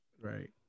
right